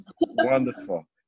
wonderful